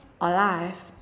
alive